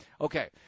Okay